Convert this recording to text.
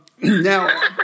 Now